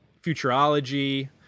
futurology